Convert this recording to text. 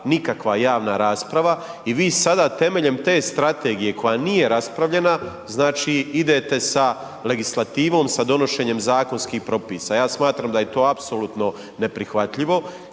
nikakva javna rasprava i vi sada temeljem te strategije koja nije raspravljena, znači idete sa legislativom, sa donošenjem zakonskih propisa. Ja smatram da je to apsolutno neprihvatljivo